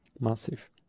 Massive